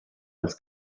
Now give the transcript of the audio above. als